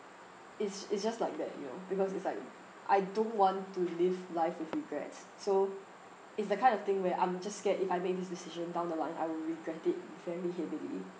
it's it's just like that you know because it's like I don't want to live life with regrets so it's that kind of thing where I'm just scared if I make this decision down the line I will regret it very heavily